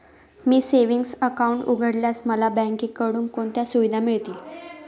मी savings account उघडल्यास मला बँकेकडून कोणत्या सुविधा मिळतील?